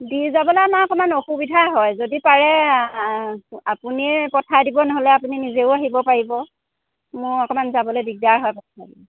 দি যাবলৈ নাই অকণমান অসুবিধা হয় যদি পাৰে আপুনিয়ে পঠাই দিব নহ'লে আপুনি নিজেও আহিব পাৰিব মই অকণমান যাবলৈ দিগদাৰ হয়